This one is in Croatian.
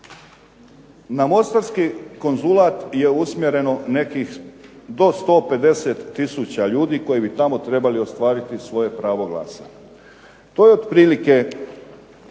Na mostarski konzulat je usmjereno nekih do 150 tisuća ljudi koji bi tamo trebali ostvariti svoje pravo glasa.